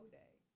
day